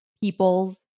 peoples